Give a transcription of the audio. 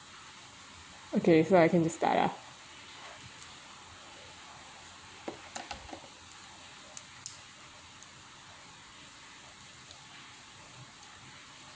okay so I just can start ah